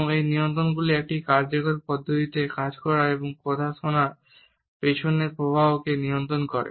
এবং এই নিয়ন্ত্রকগুলি একটি কার্যকর পদ্ধতিতে কথা বলার এবং শোনার পিছনের প্রবাহকে নিয়ন্ত্রণ করে